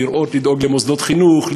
לדאוג למוסדות חינוך,